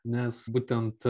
nes būtent